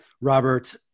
Robert